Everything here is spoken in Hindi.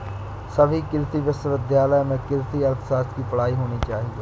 सभी कृषि विश्वविद्यालय में कृषि अर्थशास्त्र की पढ़ाई होनी चाहिए